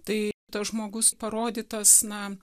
tai tas žmogus parodytas na